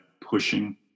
pushing